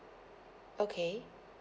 okay